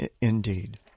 indeed